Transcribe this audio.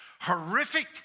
horrific